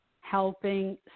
helping